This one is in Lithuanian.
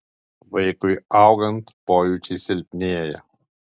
vaikui augant pojūčiai silpnėja